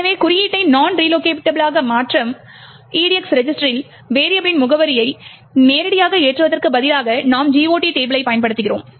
எனவே குறியீட்டை நொன் ரிலோகேட்டபிளாக மாற்றும் EDX ரெஜிஸ்டரில் வெரியபிளின் முகவரியை நேரடியாக ஏற்றுவதற்குப் பதிலாக நாம் GOT டேபிளைப் பயன்படுத்துகிறோம்